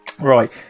Right